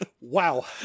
Wow